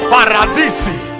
Paradisi